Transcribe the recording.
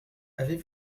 avez